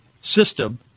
system